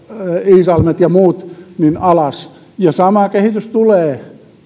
iisalmet ja muut ja sama kehitys tulee